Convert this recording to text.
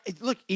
look